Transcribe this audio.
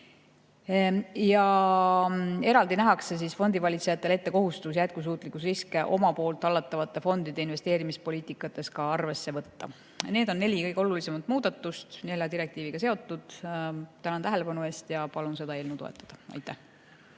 Eraldi nähakse fondivalitsejatele ette kohustus jätkusuutlikkusriske oma poolt hallatavate fondide investeerimispoliitikas arvesse võtta. Need on neli kõige olulisemat muudatust, mis on nelja direktiiviga seotud. Tänan tähelepanu eest ja palun seda eelnõu toetada. Peeter